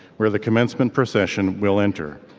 where the commencement procession will enter.